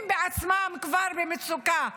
הם בעצמם כבר במצוקה.